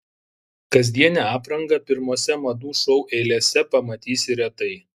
kasdienę aprangą pirmose madų šou eilėse pamatysi retai